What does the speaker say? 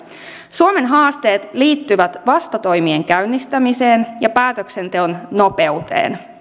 suomen haasteet liittyvät vastatoimien käynnistämiseen ja päätöksenteon nopeuteen